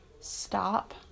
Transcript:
stop